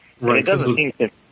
Right